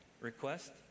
request